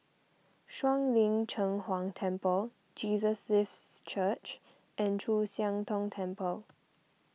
Shuang Lin Cheng Huang Temple Jesus Lives Church and Chu Siang Tong Temple